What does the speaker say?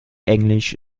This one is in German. englisch